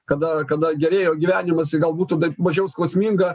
kada kada gerėjo gyvenimas gal būtų mažiau skausminga